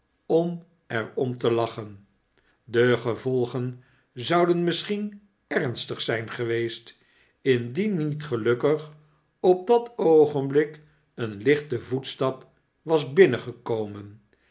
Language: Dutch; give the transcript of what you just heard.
om er om te lachen de gevolgen zouden misschien ernstig zijn geweest mdien met gelukkig op dat oogenblik een lichte voetstap was bmnengekomen